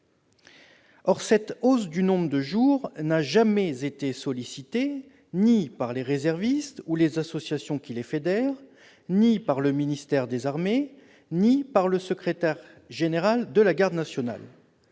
Or cette hausse du nombre de jours n'a jamais été sollicitée, ni par les réservistes ou les associations qui les fédèrent, ni par le ministère des armées, ni par le secrétaire général de la Garde nationale,